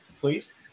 please